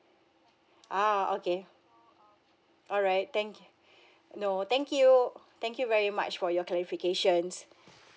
ah okay alright thank no thank you thank you very much for your clarifications